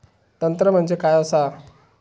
तंत्र म्हणजे काय असा?